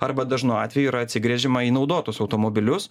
arba dažnu atveju yra atsigręžiama į naudotus automobilius